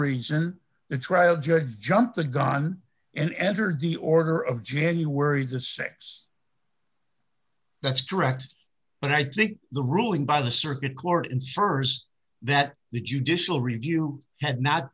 reason the trial judge jumped the gun and entered the order of january the six that's correct but i think the ruling by the circuit clore insurers that the judicial review had not